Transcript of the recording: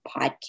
podcast